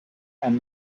and